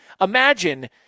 Imagine